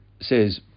says